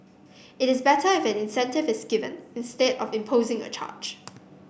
it is better if an incentive is given instead of imposing a charge